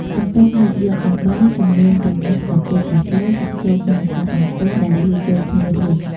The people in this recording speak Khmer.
បន្ទាប់មក យកអំបិលចំនួន កន្លះស្លាបព្រាកាហ្វេចាក់ចូលក្នុងម្សៅអង្ករដែលលាយចូលគ្នារួច។